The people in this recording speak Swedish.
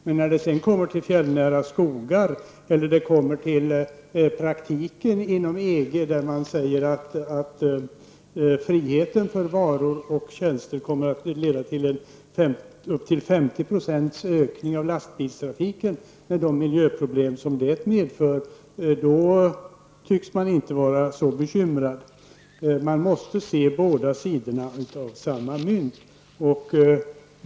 Men när det kommer till fjällnära skogar eller till praktiken inom EG -- där man säger att friheten för varor och tjänster kommer att leda till upp till 50 % ökning av lastbilstrafiken med de miljöproblem som det medför -- tycks man inte vara så bekymrad. Man måste se på båda sidorna av myntet.